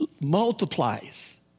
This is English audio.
multiplies